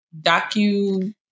docu-